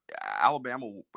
Alabama